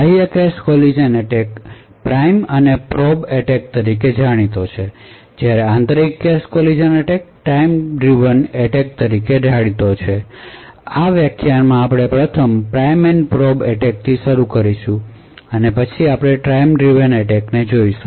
બાહ્ય cache collision attack prime અને probe attack તરીકે જાણીતા છે જ્યારે આંતરિક collision attack time driven attack તરીકે ઓળખાય છે તેથી આ વ્યાખ્યાનમાં આપણે પ્રથમ પ્રાઇમ અને પ્રોબ એટેકથી શરૂ કરીશું અને પછી આપણે ટાઇમ ડ્રીવન એટેક ને જોશું